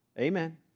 Amen